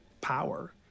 power